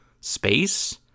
space